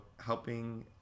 helping